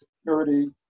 security